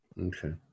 Okay